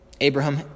Abraham